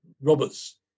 Robert's